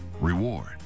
reward